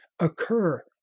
occur